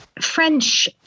French